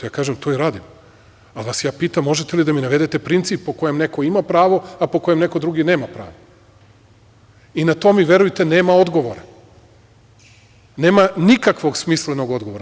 Ja kažem – to i radim, ali vas ja pitam možete li da mi navedete princip po kojem neko ima pravo, a po kojem neko drugi nema pravo i na to mi verujte nema odgovora, nema nikakvog smislenog odgovora.